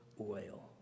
oil